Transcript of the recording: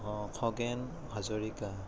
Khagen Hazarika